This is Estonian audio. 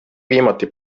viimati